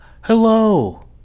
hello